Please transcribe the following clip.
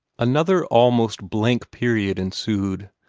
another almost blank period ensued,